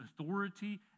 authority